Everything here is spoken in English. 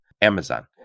Amazon